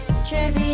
trivia